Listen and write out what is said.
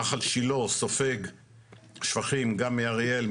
נחל שילה סופג שפכים גם מאריאל,